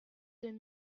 deux